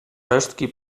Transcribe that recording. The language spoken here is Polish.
resztki